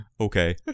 okay